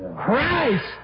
Christ